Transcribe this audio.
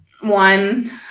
one